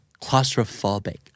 claustrophobic